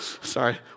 Sorry